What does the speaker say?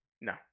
no